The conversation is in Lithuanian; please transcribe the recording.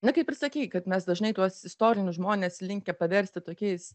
na kaip ir sakei kad mes dažnai tuos istorinius žmones linkę paversti tokiais